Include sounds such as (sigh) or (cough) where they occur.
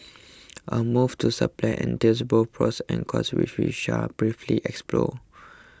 a move to (unintelligible) entails both pros and cons which we shall briefly explore